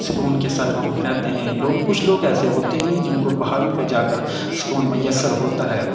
سکون کے ساتھ وہاں پہ رہتے ہیں لوگ کچھ لوگ ایسے ہوتے ہیں جن کو پہاڑوں پہ جا کر سکون میسر ہوتا ہے